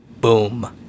Boom